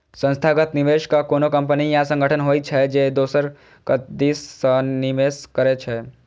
संस्थागत निवेशक कोनो कंपनी या संगठन होइ छै, जे दोसरक दिस सं निवेश करै छै